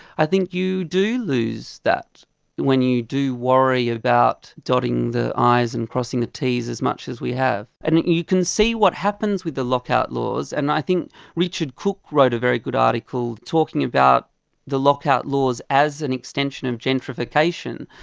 i think you do lose that when you do worry about dotting the i's and crossing the t's as much as we have. and you can see what happens with the lock-out laws, and i think richard cook wrote a very good article talking about the lock-out laws as an extension of gentrification.